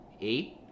eight